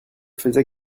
faisait